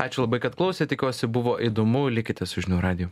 ačiū labai kad klausėt tikiuosi buvo įdomu likite su žinių radiju